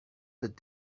that